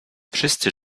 wszyscy